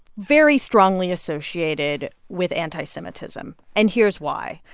very strongly associated with anti-semitism, and here's why.